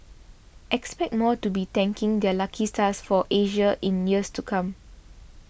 expect more to be thanking their lucky stars for Asia in years to come